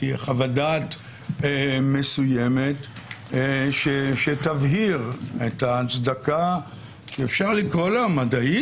תהיה חוות דעת מסוימת שתבהיר את ההצדקה שאפשר לקרוא לה מדעית,